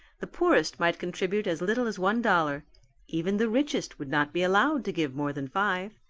the poorest might contribute as little as one dollar even the richest would not be allowed to give more than five.